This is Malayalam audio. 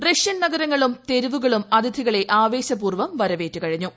റഷ്യൻ നഗരങ്ങളും തെരുവുകളും അതിഥികളെ ആവേശ പൂർവ്വം വരവേറ്റു കഴിഞ്ഞു